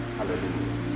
Hallelujah